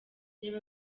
reba